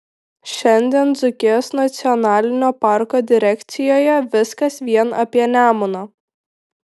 šiandien dzūkijos nacionalinio parko direkcijoje viskas vien apie nemuną